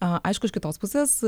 aišku iš kitos pusės